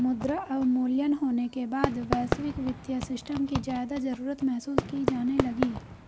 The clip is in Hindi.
मुद्रा अवमूल्यन होने के बाद वैश्विक वित्तीय सिस्टम की ज्यादा जरूरत महसूस की जाने लगी